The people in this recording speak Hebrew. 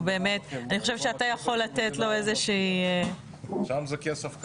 אני חושבת שאתה יכול לתת לו --- שם זה כסף קטן,